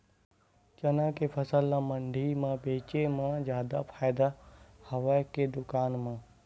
चना के फसल ल मंडी म बेचे म जादा फ़ायदा हवय के दुकान म?